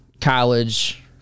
college